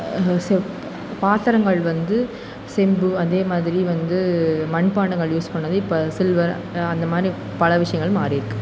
செப் பாத்திரங்கள் வந்து செம்பு அதேமாதிரி வந்து மண்பாண்டங்கள் யூஸ் பண்ணது இப்போ சில்வர் அந்தமாதிரி பல விஷயங்கள் மாறியிருக்கு